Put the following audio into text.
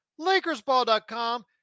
lakersball.com